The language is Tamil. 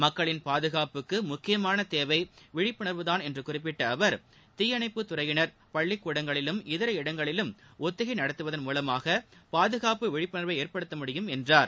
மக்களின் பாதுகாப்புக்கு முக்கியமாள தேவை விழிப்புணர்வுதான் என்று குறிப்பிட்ட அவர் தீயணைப்புத் துறையினர் பள்ளிக்கூடங்களிலும் இதர இடங்களிலும் ஒத்திகை நடத்துவதன் மூலமாக பாதுகாப்பு விழிப்புணர்வை ஏற்படுத்த முடியும் என்றார்